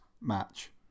match